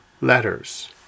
letters